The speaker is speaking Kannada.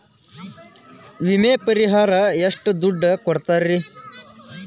ವಿಮೆ ಪರಿಹಾರ ಎಷ್ಟ ದುಡ್ಡ ಕೊಡ್ತಾರ?